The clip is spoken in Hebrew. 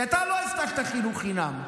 כי אתה לא הבטחת חינוך חינם,